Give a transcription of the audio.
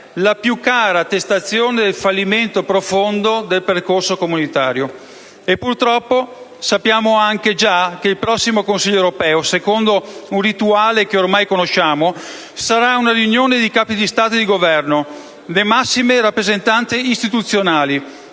la più chiara attestazione del fallimento profondo del percorso comunitario. E purtroppo sappiamo anche già che il prossimo Consiglio europeo, secondo un rituale che ormai conosciamo, sarà una riunione di Capi di Stato e di Governo, le massime rappresentanze istituzionali,